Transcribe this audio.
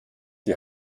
die